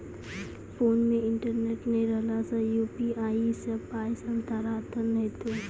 Phone मे internet नै रहला सॅ, यु.पी.आई सॅ पाय स्थानांतरण हेतै?